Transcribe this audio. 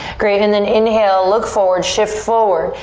great and then inhale, look forward, shift forward.